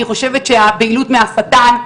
אני חושבת שהבהילות מהשטן,